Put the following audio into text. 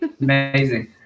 Amazing